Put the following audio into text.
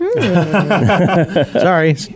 Sorry